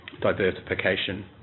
diversification